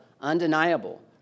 undeniable